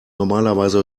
normalerweise